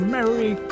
Merry